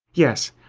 yes,